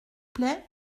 plait